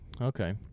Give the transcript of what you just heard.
okay